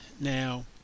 Now